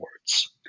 words